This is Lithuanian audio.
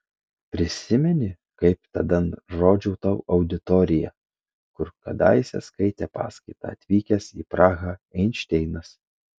prisimeni kaip tada rodžiau tau auditoriją kur kadaise skaitė paskaitą atvykęs į prahą einšteinas